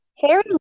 Harry